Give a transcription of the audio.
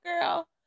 girl